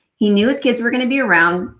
he knew his kids were going to be around,